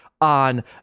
on